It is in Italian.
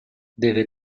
deve